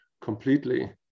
completely